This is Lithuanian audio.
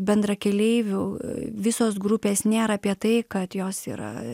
bendrakeleivių visos grupės nėra apie tai kad jos yra